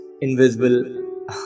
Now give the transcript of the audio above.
Invisible